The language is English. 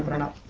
and